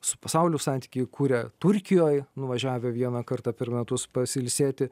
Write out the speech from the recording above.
su pasauliu santykį kuria turkijoj nuvažiavę vieną kartą per metus pasiilsėti